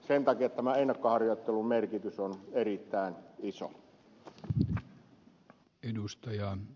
sen takia tämä ennakkoharjoittelun merkitys on erittäin iso